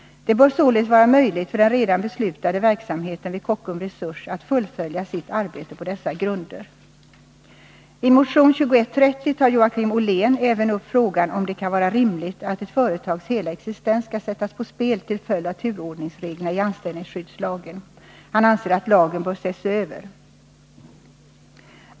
Det bör således vara möjligt för den redan beslutade verksamheten vid Kockum Resurs att fullfölja sitt arbete på dessa grunder. I motion 2130 tar Joakim Ollén även upp frågan om det kan vara rimligt att ett företags hela existens skall sättas på spel till följd av turordningsreglerna i anställningsskyddslagen. Han anser att lagen bör ses över.